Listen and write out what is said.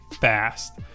fast